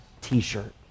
t-shirt